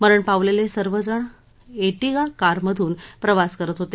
मरण पावलेले सर्वजण एर्टिगा कारमधून प्रवास करत होते